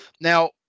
Now